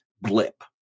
blip